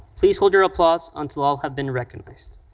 please hold your applause until all have been recognized.